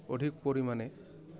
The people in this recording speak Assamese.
অধিক পৰিমাণে